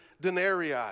denarii